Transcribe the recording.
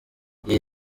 iyi